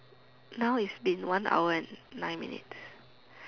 now it's been one hour and nine minutes